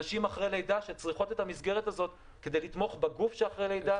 נשים אחרי לידה צריכות את המסגרת הזו כדי לתמוך בגוף לאחר הלידה.